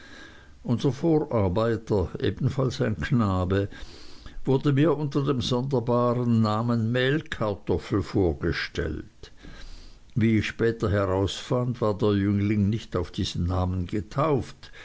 unser vorarbeiter ebenfalls ein knabe wurde mir unter dem sonderbaren namen mehlkartoffel vorgestellt wie ich später herausfand war der jüngling nicht auf diesen namen getauft